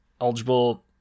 eligible